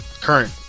current